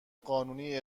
قانونی